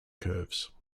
curves